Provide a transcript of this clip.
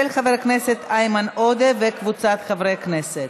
של חבר הכנסת איימן עודה וקבוצת חברי הכנסת.